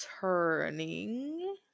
turning